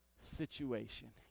situation